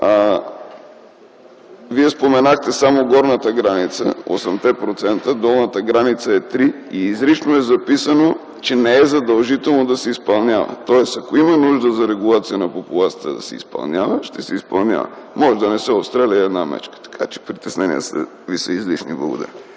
Вие споменахте само горната граница – 8%, а долната граница е 3%. Изрично е записано, че не е задължително да се изпълнява. Ако има нужда за регулация на популацията – ще се изпълнява, ако не – може да не се отстреля и една мечка. Притесненията Ви са излишни. Благодаря.